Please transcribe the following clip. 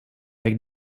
avec